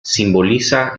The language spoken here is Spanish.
simboliza